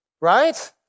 right